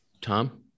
Tom